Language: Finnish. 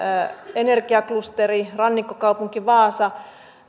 energiaklusteri rannikkokaupunki vaasa